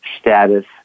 status